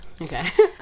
Okay